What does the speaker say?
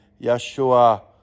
Yeshua